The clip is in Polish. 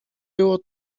było